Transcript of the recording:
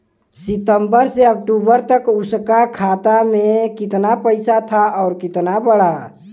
सितंबर से अक्टूबर तक उसका खाता में कीतना पेसा था और कीतना बड़ा?